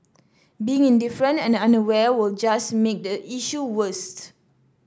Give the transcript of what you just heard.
being indifferent and unaware will just make the issue worse